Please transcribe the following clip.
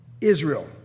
Israel